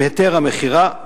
עם היתר המכירה?